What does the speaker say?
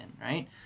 right